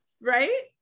Right